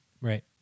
right